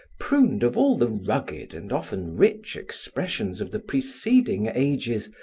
pruned of all the rugged and often rich expressions of the preceding ages,